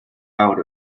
out